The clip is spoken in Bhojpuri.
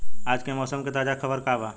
आज के मौसम के ताजा खबर का बा?